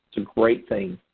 it's a great thing.